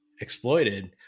exploited